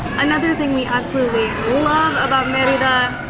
another thing we absolutely love about merida,